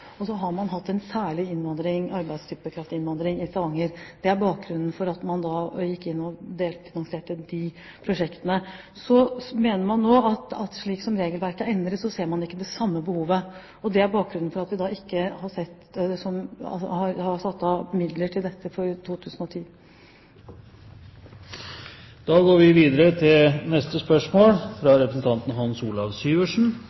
Og som en del av nordområdepolitikken så man et behov i Kirkenes. Så har man hatt en type særlig arbeidskraftinnvandring i Stavanger. Det er bakgrunnen for at man gikk inn og delfinansierte de prosjektene. Man mener nå at slik som regelverket er endret, ser man ikke det samme behovet. Det er bakgrunnen for at vi ikke har satt av midler til dette for